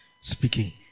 speaking